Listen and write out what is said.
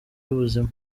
y’ubuzima